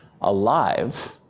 alive